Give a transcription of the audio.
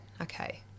okay